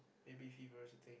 baby fever is a thing